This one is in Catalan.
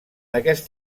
aquest